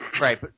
Right